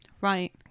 Right